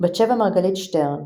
בת-שבע מרגלית שטרן,